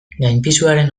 gainpisuaren